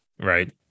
Right